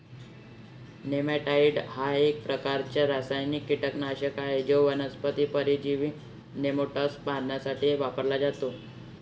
नेमॅटाइड हा एक प्रकारचा रासायनिक कीटकनाशक आहे जो वनस्पती परजीवी नेमाटोड्स मारण्यासाठी वापरला जातो